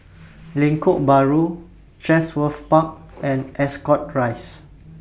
Lengkok Bahru Chatsworth Park and Ascot Rise